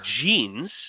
jeans